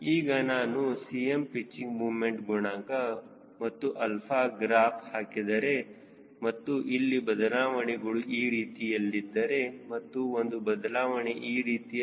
ಈಗ ನಾನು Cm pitching moment ಗುಣಾಂಕ ಮತ್ತು 𝛼 ಗ್ರಾಫ್ ಹಾಕಿದರೆ ಮತ್ತು ಅಲ್ಲಿ ಬದಲಾವಣೆಗಳು ಈ ರೀತಿಯಲ್ಲಿದ್ದರೆ ಮತ್ತು ಒಂದು ಬದಲಾವಣೆ ಈ ರೀತಿಯಲ್ಲಿ ಇರಬಹುದು